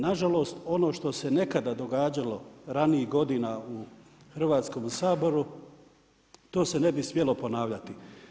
Nažalost, ono što se nekada događalo ranijih godina u Hrvatskom saboru, to se ne bi smjelo ponavljati.